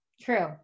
True